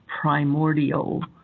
primordial